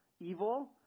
evil